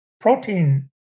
protein